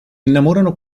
innamorano